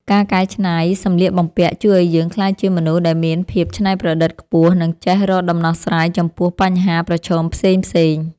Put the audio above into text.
ការកែច្នៃសម្លៀកបំពាក់ជួយឱ្យយើងក្លាយជាមនុស្សដែលមានភាពច្នៃប្រឌិតខ្ពស់ និងចេះរកដំណោះស្រាយចំពោះបញ្ហាប្រឈមផ្សេងៗ។